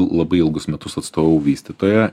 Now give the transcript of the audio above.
labai ilgus metus atstovavau vystytoją